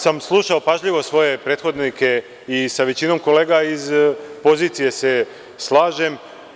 Slušao sam pažljivo svoje prethodnike i sa većinom kolega iz pozicije se slažem.